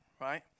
right